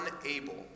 unable